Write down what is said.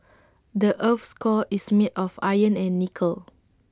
the Earth's core is made of iron and nickel